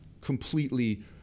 completely